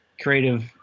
creative